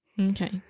Okay